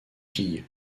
filles